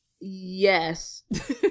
yes